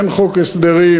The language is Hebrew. אין חוק הסדרים,